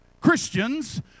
Christians